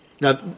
Now